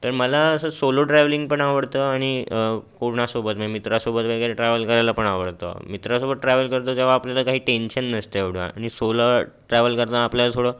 तर मला असं सोलो ट्रॅव्हलिंगपण आवडतं आणि कोणासोबत में मित्रासोबत वगैरे ट्रॅव्हल करायलापण आवडतं मित्रासोबत ट्रॅव्हल करतो तेव्हा आपल्याला काही टेन्शन नसतं एवढं आणि सोलो ट्रॅव्हल करताना आपल्याला थोडं